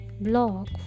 blog